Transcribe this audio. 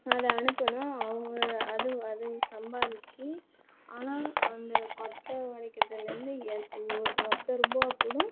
அதை அனுப்பனும் அவங்க அது அது சம்பாரிச்சு ஆனால் அந்த கொட்டை உடைக்கிறதுலேந்து எந் ஒ ஒத்த ரூபாய் குடும்